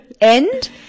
end